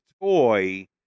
toy